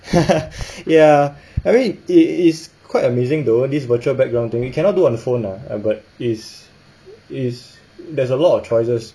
ya I mean it it's quite amazing though this virtual background thing you cannot do on a phone ah but it's it's there's a lot of choices